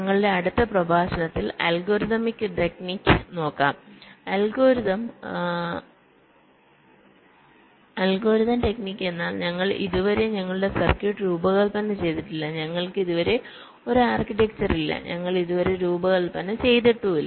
ഞങ്ങളുടെ അടുത്ത പ്രഭാഷണത്തിൽ അൽഗോരിതമിക് ടെക്നിക് നോക്കാം അൽഗോരിതം ടെക്നിക് എന്നാൽ ഞങ്ങൾ ഇതുവരെ ഞങ്ങളുടെ സർക്യൂട്ട് രൂപകൽപ്പന ചെയ്തിട്ടില്ല ഞങ്ങൾക്ക് ഇതുവരെ ഒരു ആർക്കിടെക്ചർ ഇല്ല ഞങ്ങൾ ഇതുവരെ രൂപകൽപ്പന ചെയ്തിട്ടില്ല